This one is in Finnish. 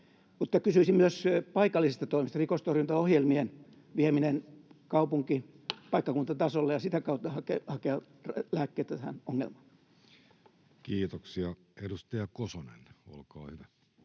kysyisin myös paikallisista toimista. Rikostorjuntaohjelmien vieminen kaupunki‑ ja paikkakuntatasolle — voisiko sitä kautta hakea lääkkeitä tähän ongelmaan? Kiitoksia. — Edustaja Kosonen, olkaa hyvä.